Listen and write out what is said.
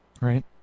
Right